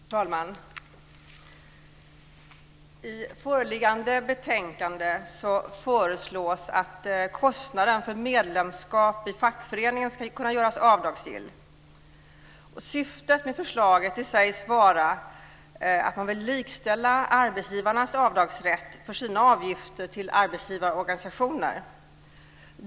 Fru talman! I förevarande betänkande föreslås att kostnaden för medlemskap i fackförening ska kunna göras avdragsgill. Syftet med förslaget sägs vara att skapa en likställighet med arbetsgivarnas rätt till avdrag för sina avgifter till arbetsgivarorganisationer.